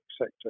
sector